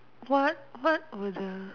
what what were the